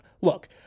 Look